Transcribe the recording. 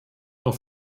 auf